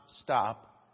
stop